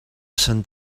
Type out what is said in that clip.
sant